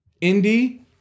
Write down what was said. Indy